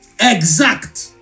Exact